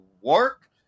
work